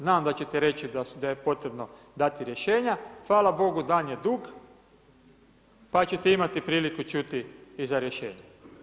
Znam da ćete reći da je potrebno dati rješenja, hvala Bogu, dan je dug, pa ćete imati prilike čuti i za rješenja.